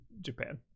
Japan